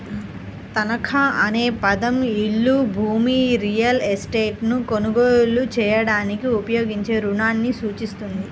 తనఖా అనే పదం ఇల్లు, భూమి, రియల్ ఎస్టేట్లను కొనుగోలు చేయడానికి ఉపయోగించే రుణాన్ని సూచిస్తుంది